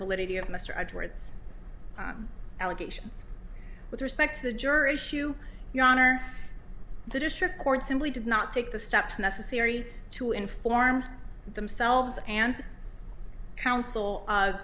validity of mr edwards allegations with respect to the juror issue your honor the district court simply did not take the steps necessary to in form themselves and counsel